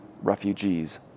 refugees